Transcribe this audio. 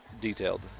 detailed